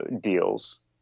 deals